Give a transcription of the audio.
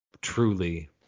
truly